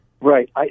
Right